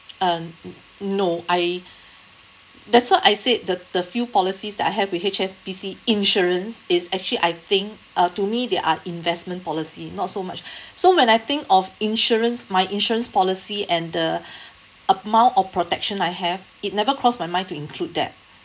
um no I that's what I said the the few policies that I have with H_S_B_C insurance is actually I think uh to me they are investment policy not so much so when I think of insurance my insurance policy and the amount of protection I have it never crossed my mind to include that